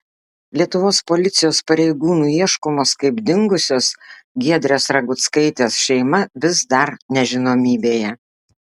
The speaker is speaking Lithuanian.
lietuvos policijos pareigūnų ieškomos kaip dingusios giedrės raguckaitės šeima vis dar nežinomybėje